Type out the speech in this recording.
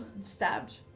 stabbed